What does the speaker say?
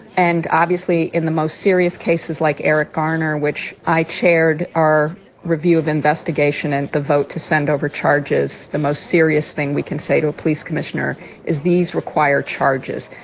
and obviously, in the most serious cases like eric garner, which i chaired our review of investigation and the vote to send over charges, the most serious thing we can say to a police commissioner is these require charges.